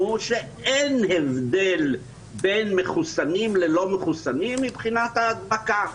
שאין הבדל בין מחוסנים ללא מחוסנים מבחינת ההדבקה.